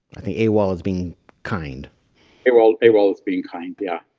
i think a wall is being kind it. well a wall is being kind. yeah